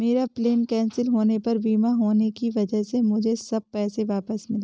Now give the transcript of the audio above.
मेरा plane cancel होने पर बीमा होने की वजह से मुझे सब पैसे वापस मिले